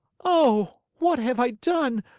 oh, what have i done?